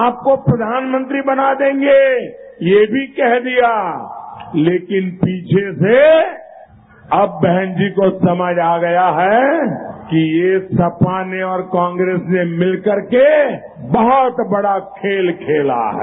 आपको प्रधानमंत्री बना देंगे यह भी कह दिया तेकिन पीछे से अब बहन जी को यह सम्झ आ गया है कि ये सपा ने और कांग्रेस ने मिल कर के बहत बड़ा खेल खेला है